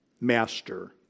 master